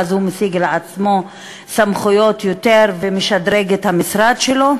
ואז הוא משיג לעצמו יותר סמכויות ומשדרג את המשרד שלו,